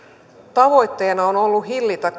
tavoitteena on ollut hillitä